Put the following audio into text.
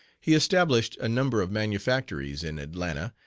he established a number of manufactories in atlanta,